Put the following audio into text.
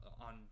on